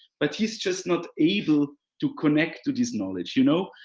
but he's just not able to connect to this knowledge, you know.